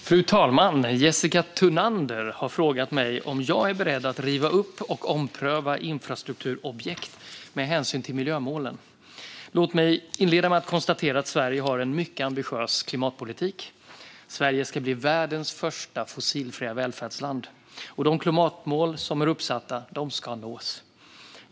Fru talman! Jessica Thunander har frågat mig om jag är beredd att riva upp och ompröva infrastrukturobjekt med hänsyn till miljömålen. Låt mig inleda med att konstatera att Sverige har en mycket ambitiös klimatpolitik. Sverige ska bli världens första fossilfria välfärdsland. De klimatmål som är uppsatta ska nås.